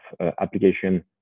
application